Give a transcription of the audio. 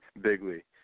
bigly